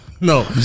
no